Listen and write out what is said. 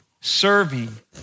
serving